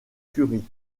curie